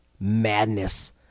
madness